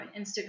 Instagram